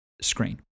screen